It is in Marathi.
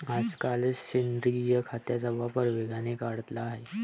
आजकाल सेंद्रिय खताचा वापर वेगाने वाढला आहे